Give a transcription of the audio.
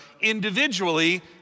individually